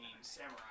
samurai